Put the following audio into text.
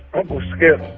uncle skip,